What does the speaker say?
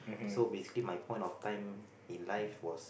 so basically my point of time in life was